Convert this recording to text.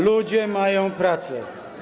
Ludzie mają pracę.